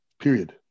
period